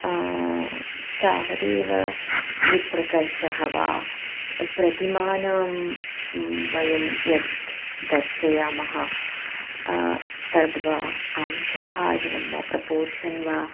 तावदेव विप्रकर्षः वा प्रतिमानं वयं यत् दर्शयामः तद्वा अंशभाजनं वा प्रपोर्षन् वा